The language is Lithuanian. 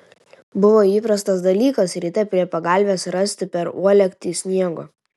buvo įprastas dalykas ryte prie pagalvės rasti per uolektį sniego